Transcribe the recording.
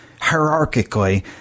hierarchically